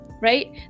Right